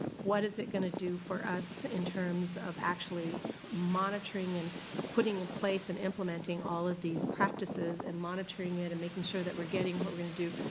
what is it going to do for us in terms of actually monitoring and putting in place and implementing all of these practices and monitoring it and making sure that we're getting what we're gonna do.